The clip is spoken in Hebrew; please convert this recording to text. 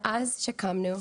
מאז שהקמנו,